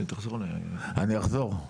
אני אחזור.